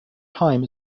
time